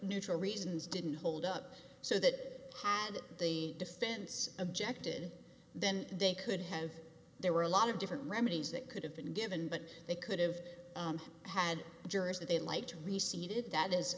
reasons didn't hold up so that had the defense objected then they could have there were a lot of different remedies that could have been given but they could have had jurors they like to receive it that is